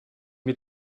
mir